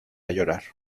llorar